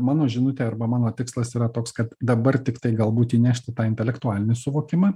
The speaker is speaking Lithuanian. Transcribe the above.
mano žinutė arba mano tikslas yra toks kad dabar tiktai galbūt įnešti tą intelektualinį suvokimą